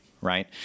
right